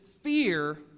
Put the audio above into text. fear